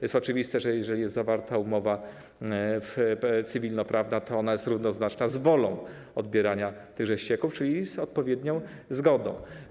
Jest oczywiste, że jeżeli jest zawarta umowa cywilnoprawna, to ona jest równoznaczna z wolą odbierania tychże ścieków, czyli z odpowiednią zgodą.